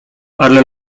ale